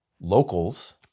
locals